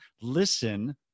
Listen